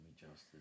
justice